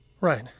Right